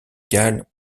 cale